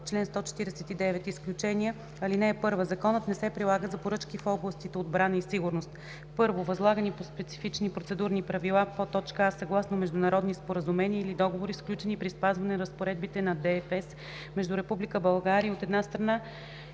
става 149: „Изключения Чл. 149. (1) Законът не се прилага за поръчки в областите отбрана и сигурност: „1. възлагани по специфични процедурни правила: а) съгласно международни споразумения или договори, сключени при спазване разпоредбите на ДФЕС между Република България, от една страна,